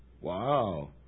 Wow